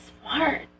smart